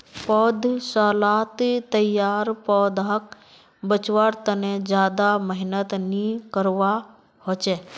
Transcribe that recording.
पौधसालात तैयार पौधाक बच्वार तने ज्यादा मेहनत नि करवा होचे